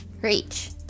Reach